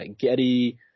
Getty